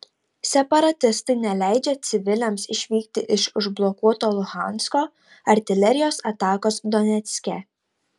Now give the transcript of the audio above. separatistai neleidžia civiliams išvykti iš užblokuoto luhansko artilerijos atakos donecke